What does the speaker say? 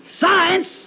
science